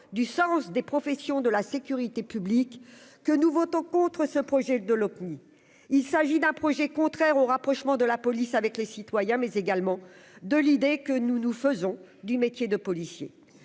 du sens des professions de la sécurité publique, que nous votons contre ce projet de ni il s'agit d'un projet contraire au rapprochement de la police, avec les citoyens, mais également de l'idée que nous nous faisons du métier de policier